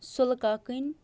سُلہٕ کاکٕنۍ